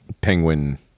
penguin